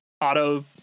auto